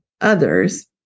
others